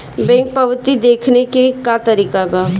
Bank पवती देखने के का तरीका बा?